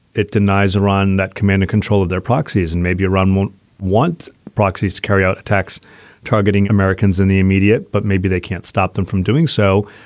it denies iran that command and control of their proxies. and maybe iran won't want proxies to carry out attacks targeting americans americans in the immediate, but maybe they can't stop them from doing so.